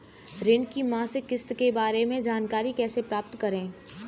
ऋण की मासिक किस्त के बारे में जानकारी कैसे प्राप्त करें?